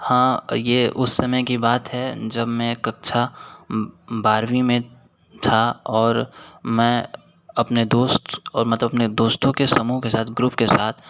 हाँ यह उस समय की बात है जब मैं कक्षा बारहवीं में था और मैं अपने दोस्त मतलब अपने दोस्तों के समूह के साथ ग्रुप के साथ